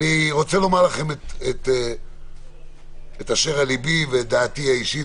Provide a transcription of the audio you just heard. אני רוצה לומר את אשר על ליבי ואת דעתי האישית,